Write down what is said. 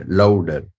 louder